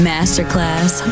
Masterclass